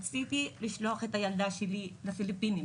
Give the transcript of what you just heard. רציתי לשלוח את הילדה שלי בחזרה לפיליפינים,